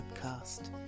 Podcast